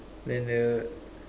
then the